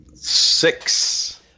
Six